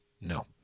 No